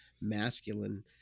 masculine